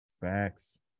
Facts